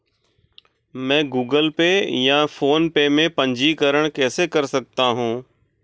मैं Google Pay या PhonePe में पंजीकरण कैसे कर सकता हूँ?